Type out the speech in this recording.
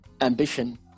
Ambition